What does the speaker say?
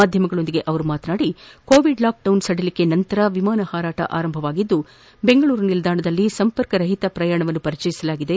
ಮಾಧ್ಯಮಗಳೊಂದಿಗೆ ಮಾತನಾಡಿದ ಅವರು ಕೋವಿಡ್ ಲಾಕೆಡೌನ್ ಸಡಿಲಿಕೆಯ ನಂತರ ವಿಮಾನಗಳ ಹಾರಾಟ ಆರಂಭವಾಗಿದ್ದು ಬೆಂಗಳೂರು ನಿಲ್ದಾಣದಲ್ಲಿ ಸಂಪರ್ಕ ರಹಿತ ಪ್ರಯಾಣವನ್ನು ಪರಿಚಯಿಸಲಾಗಿದೆ